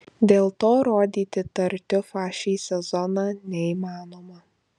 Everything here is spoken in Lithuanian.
dėl to rodyti tartiufą šį sezoną neįmanoma